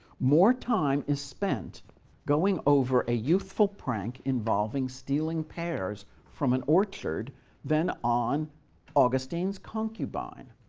more time is spent going over a youthful prank involving stealing pears from an orchard than on augustine's concubine.